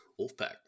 Wolfpack